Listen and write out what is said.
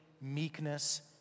meekness